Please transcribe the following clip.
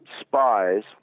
spies